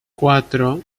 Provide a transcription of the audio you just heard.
cuatro